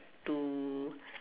to